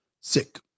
sick